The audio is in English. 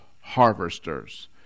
harvesters